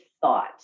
thought